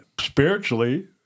spiritually